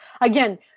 Again